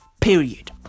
period